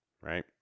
Right